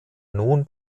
nun